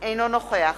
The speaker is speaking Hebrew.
אינו נוכח